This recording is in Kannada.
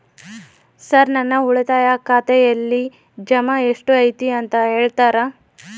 ಸರ್ ನನ್ನ ಉಳಿತಾಯ ಖಾತೆಯಲ್ಲಿ ಜಮಾ ಎಷ್ಟು ಐತಿ ಅಂತ ಹೇಳ್ತೇರಾ?